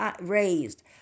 raised